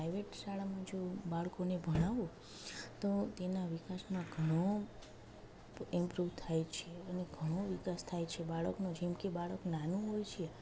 private શાળામાં જો બાળકોને ભણાવું તો તેના વિકાસનો ઘણો ઇમ્પરૂવ થાય છે અને ઘણો વિકાસ થાય છે બાળકનો જેમકે બાળક નાનું હોય છે